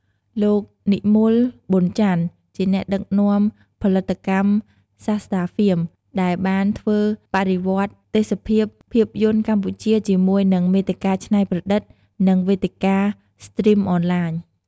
លោក និមល ប៊ុនច័ន្ទ ជាអ្នកដឹកនាំផលិតកម្ម សាស្ត្រា ហ្វៀម ដែលបានធ្វើបដិវត្តន៍ទេសភាពភាពយន្តកម្ពុជាជាមួយនឹងមាតិកាច្នៃប្រឌិត និងវេទិកាស្ទ្រីមអនឡាញ។